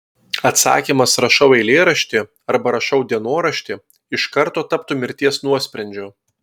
atsakymas rašau eilėraštį arba rašau dienoraštį iš karto taptų mirties nuosprendžiu